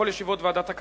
לכל ישיבות ועדת הכלכלה,